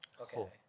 Okay